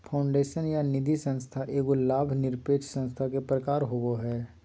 foundation या निधिसंस्था एगो लाभ निरपेक्ष संस्था के प्रकार होवो हय